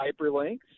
hyperlinks